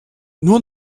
nur